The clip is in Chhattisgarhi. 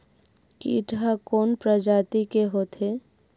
कीट ह कोन प्रजाति के होथे?